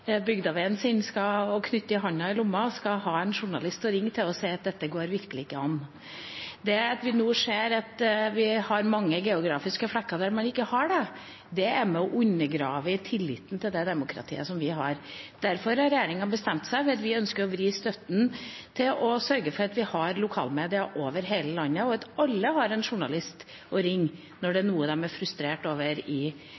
sin, og knytter hånda i lomma, skal ha en journalist å ringe til og si at dette går virkelig ikke an. Det at vi nå har mange geografiske flekker der en ikke har det, er med på å undergrave tilliten til det demokratiet som vi har. Derfor har regjeringa bestemt seg ved at vi ønsker å vri støtten, for å sørge for at vi har lokalmedier over hele landet, og at alle har en journalist å ringe til når det er noe de er frustrert over i